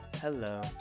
hello